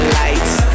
lights